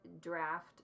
draft